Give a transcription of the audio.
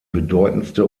bedeutendste